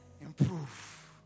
Improve